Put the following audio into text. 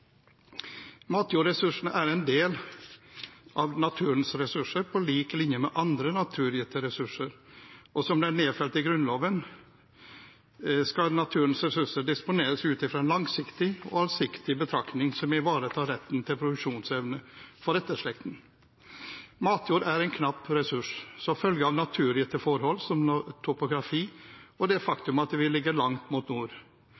Matjordressursene er en del av naturens ressurser på lik linje med andre naturgitte ressurser, og som det er nedfelt i Grunnloven, skal naturens ressurser disponeres ut fra en langsiktig og allsidig betraktning som ivaretar retten til produksjonsevne for etterslekten. Matjord er en knapp ressurs som følge av naturgitte forhold, som topografi og det faktum at vi ligger langt mot nord.